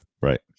Right